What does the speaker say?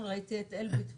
אתמול ראיתי את אלביט בערד.